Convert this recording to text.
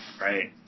right